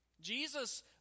Jesus